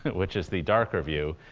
which is the darker view,